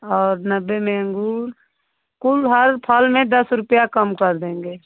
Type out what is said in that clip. और नब्बे में अंगूर कुल हर फल में दस रुपया कम कर देंगे